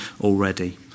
already